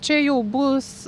čia jau bus